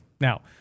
Now